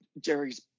Jerry's